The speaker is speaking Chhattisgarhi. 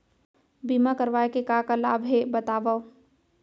बीमा करवाय के का का लाभ हे बतावव?